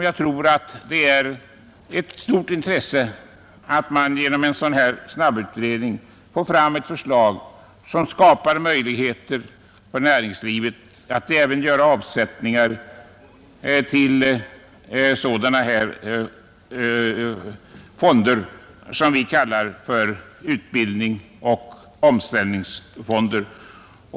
Jag tror att det är av stort intresse att man genom en snabbutredning såsom den föreslagna får fram ett förslag som skapar möjligheter för näringslivet att göra avsättningar till vad vi kallar utbildningsoch omställningsfonder.